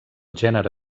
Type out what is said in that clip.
gènere